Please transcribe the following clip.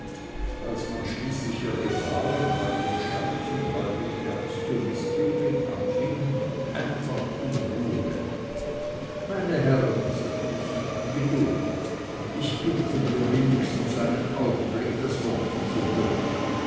als man schließlich ihr gebaren halb in scherz und halb in ernst zu mißbilligen anfing einfach um ruhe meine herren sagte sie geduld ich bitte mir wenigstens einen augenblick das wort zu gönnen